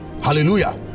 hallelujah